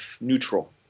neutral